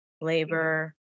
labor